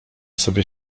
sobie